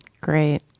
Great